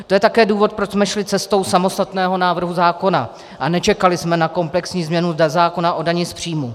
To je také důvod, proč jsme šli cestou samostatného návrhu zákona a nečekali jsme na komplexní změnu zákona o dani z příjmů.